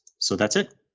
so that's it.